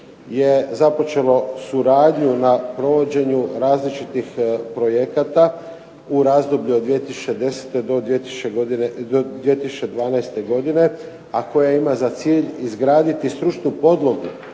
je započelo suradnju na provođenju različitih projekata u razdoblju od 2010. do 2012. godine, a koje ima za cilj izgraditi stručnu podlogu